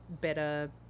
better